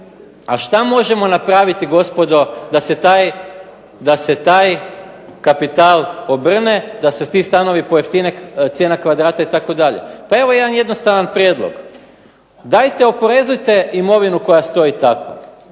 A šta možemo napraviti gospodo da se taj kapital obrne, da se ti stanovi pojeftine, cijena kvadrata itd. Pa evo jedan jednostavan prijedlog. Dajte oporezujte imovinu koja stoji tako.